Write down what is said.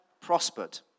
prospered